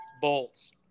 bolts